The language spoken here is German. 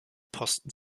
posten